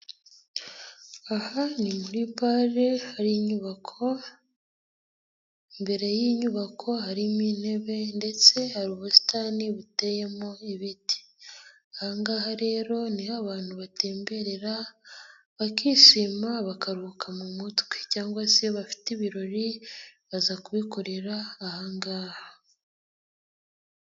Aha ni muri bare hari inyubako, imbere y'inyubako harimo intebe ndetse hari ubusitani buteyemo ibiti, aha ngaha rero ni ho abantu batemberera bakishima bakaruhuka mu mutwe cyangwa se abafite ibirori baza kubikorera aha ngaha.